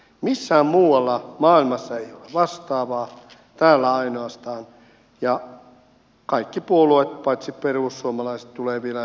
missään muualla maailmassa ei ole vastaavaa täällä ainoastaan ja kaikki puolueet paitsi perussuomalaiset tulevat vielä hyväksymäänkin tällaisen